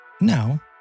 Now